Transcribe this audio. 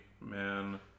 man